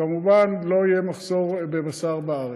כמובן, ולא יהיה מחסור בבשר בארץ.